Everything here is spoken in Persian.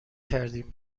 کردین